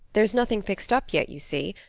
there's nothing fixed up yet, you see.